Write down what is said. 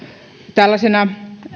tällaisena